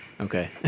Okay